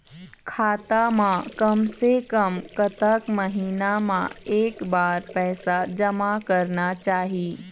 खाता मा कम से कम कतक महीना मा एक बार पैसा जमा करना चाही?